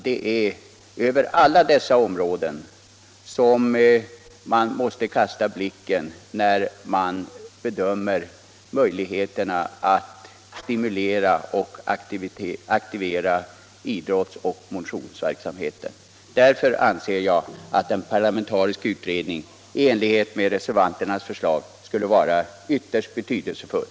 Det är över alla dessa områden som man måste kasta blicken när man bedömer möjligheterna att stimulera och aktivera idrottsoch motionsverksamheten. Därför anser jag att en parlamentarisk utredning i enlighet med reservanternas förslag skulle vara ytterst betydelsefull.